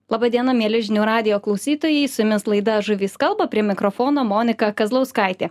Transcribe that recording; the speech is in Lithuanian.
laba diena mieli žinių radijo klausytojai su jumis laida žuvys kalba prie mikrofono monika kazlauskaitė